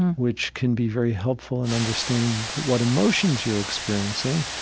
which can be very helpful in understanding what emotions you're experiencing,